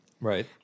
Right